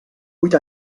vuit